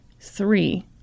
three